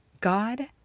God